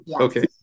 Okay